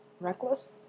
reckless